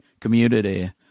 community